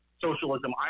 socialism